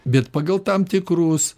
bet pagal tam tikrus